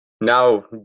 now